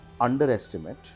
underestimate